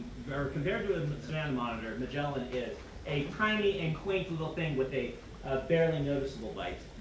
compared to a savannah monitor, magellan is a tiny and quaint little thing with a barely noticeable bite.